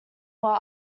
while